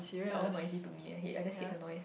they are all noisy to me eh I hate I just hate the noise